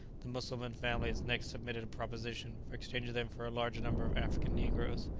the mussulman families next submitted a proposition for exchanging them for a larger number of african negroes,